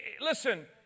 Listen